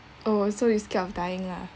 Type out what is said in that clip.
oh so you scared of dying lah